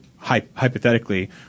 hypothetically